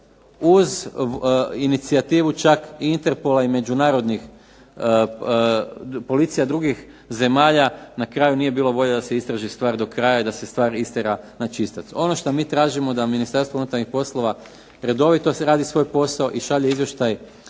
uz inicijativu čak i Interpola i međunarodnih, policija drugih zemalja. Na kraju nije bilo volje da se istraži stvar do kraja i da se stvar istjera na čistac. Ono što mi tražimo da Ministarstvo unutarnjih poslova redovito radi svoj posao i šalje izvještaj